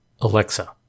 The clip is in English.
Alexa